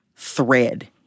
thread